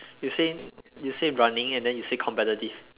you say you say running and then you say competitive